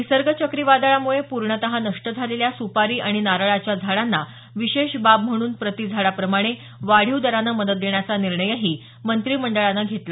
निसर्ग चक्रीवादळामुळे पुर्णत नष्ट झालेल्या सुपारी आणि नारळाच्या झाडांना विशेष बाब म्हणून प्रति झाडाप्रमाणे वाढीव दरानं मदत देण्याचा निर्णय मंत्रिमंडळानं काल घेतला